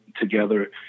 together